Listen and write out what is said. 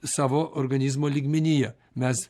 savo organizmo lygmenyje mes